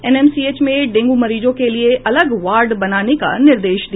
NMCH में dengue मरीजों के लिये अलग वार्ड बनाने का निर्देश दिया